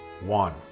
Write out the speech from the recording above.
one